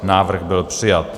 Návrh byl přijat.